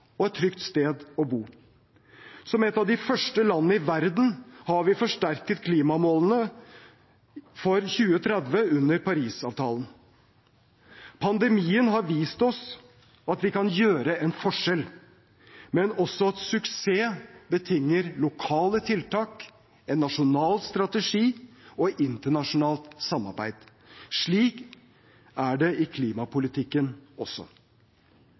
og et trygt sted å bo. Som et av de første landene i verden har vi forsterket klimamålene for 2030 under Parisavtalen. Pandemien har vist oss at vi kan gjøre en forskjell, men også at suksess betinger lokale tiltak, en nasjonal strategi og internasjonalt samarbeid. Slik er det i klimapolitikken også.